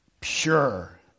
pure